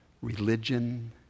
Religion